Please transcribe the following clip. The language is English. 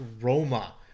Roma